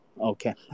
Okay